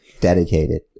Dedicated